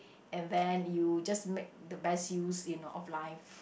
and then you just make the best use you know of life